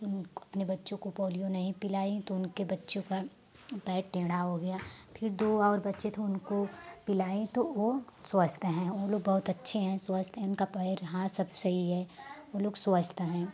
उनको अपने बच्चों को पोलियो नहीं पिलाईं तो उनके बच्चों का पैर टेढ़ा हो गया फिर दो और बच्चे थे उनको पिलाईं तो वो स्वस्थ हैं वो लोग बहुत अच्छे है स्वस्थ हैं उनका पैर हाथ सब सही है वो लोग स्वस्थ हैं